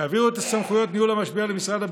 תעבירו את סמכויות ניהול המשבר למשרד הביטחון,